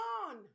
on